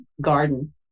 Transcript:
garden